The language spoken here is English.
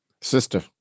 Sister